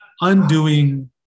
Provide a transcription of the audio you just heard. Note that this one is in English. undoing